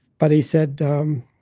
but he said um